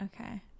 Okay